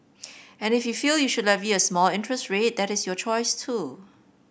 and if you feel you should levy a small interest rate that is your choice too